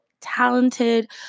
talented